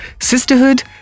Sisterhood